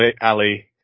Ali